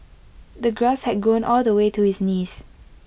the grass had grown all the way to his knees